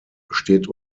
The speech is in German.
steht